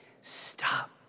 Stop